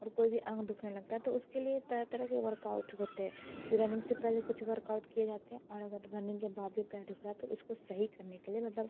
और कोई भी अंग दुखने लगता है तो उसके लिए तरह तरह के वर्कआउट होते हैं फिर रनिंग से पहले कुछ वर्कआउट किए जाते हैं और अगर रनिंग के बाद भी पैर दु ख रहा तो उसको सही करने के लिए मतलब